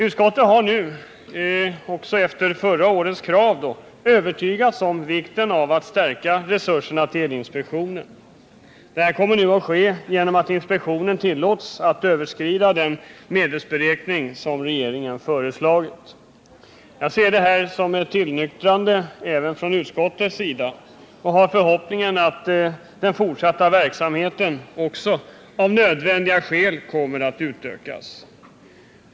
Utskottet har nu —efter förra årets krav - övertygats om vikten av att stärka resurserna till elinspektionen. Detta kommer nu att ske genom att inspektionen tillåts överskrida den medelsberäkning som regeringen föreslagit. Jag ser detta som ett tillnyktrande även från utskottets sida, och jag har förhoppningen att den fortsatta verksamheten också av nödvändiga skäl kommer att utökas.